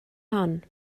hon